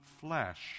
flesh